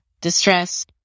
distress